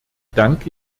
danke